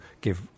give